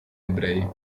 ebrei